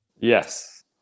Yes